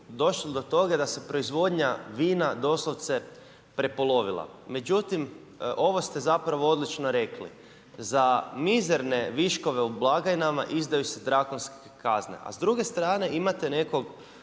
došli do toga da se proizvodnja vina doslovce prepolovila. Međutim, ovo ste zapravo odlično rekli, za mizerne viškove u blagajnama izdaju se …/Govornik se ne razumije./… kazne. A s druge strane imate nekog